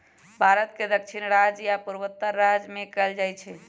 भारत के दक्षिणी राज्य आ पूर्वोत्तर राज्य में कएल जाइ छइ